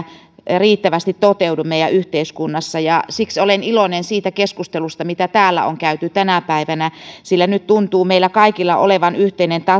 riittävästi toteudu meidän yhteiskunnassamme siksi olen iloinen siitä keskustelusta mitä täällä on käyty tänä päivänä sillä nyt tuntuu meillä kaikilla olevan yhteinen